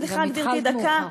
סליחה, גברתי, דקה.